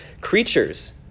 creatures